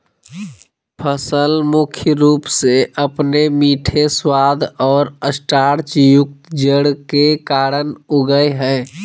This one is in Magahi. फसल मुख्य रूप से अपने मीठे स्वाद और स्टार्चयुक्त जड़ के कारन उगैय हइ